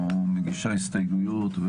או מגישה הסתייגויות.